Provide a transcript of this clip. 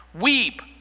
weep